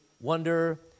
wonder